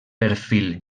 perfil